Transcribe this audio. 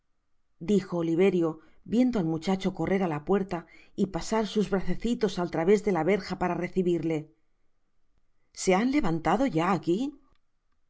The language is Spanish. dijo oliverio viendo al muchacho correr á la puerta y pasar sus bracesitos al traves de la verja para recibirlese han levantado ya aqui no